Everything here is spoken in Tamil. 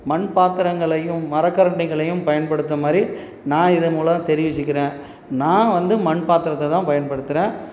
மண்பாத்திரங்களையும் மரக்கரண்டிங்களையும் பயன்படுத்தும் மாறு நான் இதன்மூலம் தெரிவிச்சிக்கிறேன் நான் வந்து மண்பாத்திரத்தைத்தான் பயன்படுத்துகிறேன்